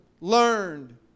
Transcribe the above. learned